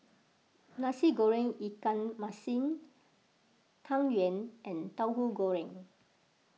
Nasi Goreng Ikan Masin Tang Yuen and Tahu Goreng